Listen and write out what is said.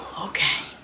Okay